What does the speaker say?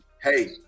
hey